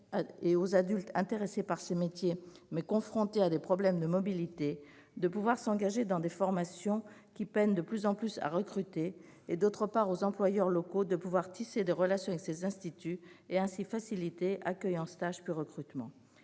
et aux adultes intéressés par ces métiers, mais confrontés à des problèmes de mobilité, de pouvoir s'engager dans ces formations qui peinent de plus en plus à recruter. Il permet aussi aux employeurs locaux de pouvoir tisser des relations avec ces instituts et de faciliter ainsi l'accueil en stage puis le recrutement.